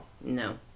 No